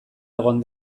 egon